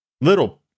little